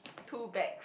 two bags